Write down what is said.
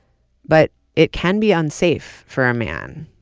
but it can be unsafe for a man,